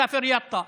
מסאפר-יטא.